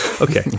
Okay